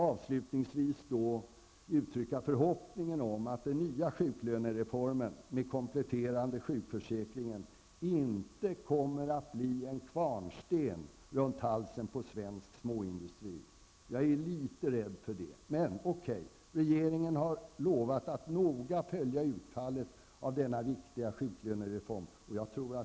Avslutningsvis vill jag uttrycka förhoppningen att den nya sjuklönereformen med kompletterande försäkring inte kommer att bli en kvarnsten runt halsen på svensk småföretagsindustri. Jag är litet rädd för det. Men regeringen har lovat att noga följa utfallet av denna viktiga reform.